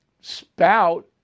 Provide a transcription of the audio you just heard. spout